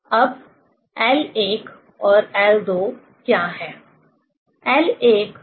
अब l1 और l2 क्या हैं